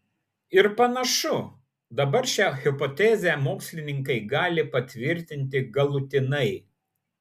ir panašu dabar šią hipotezę mokslininkai gali patvirtinti galutinai